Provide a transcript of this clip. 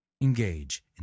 engage